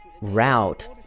route